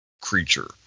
creature